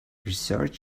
research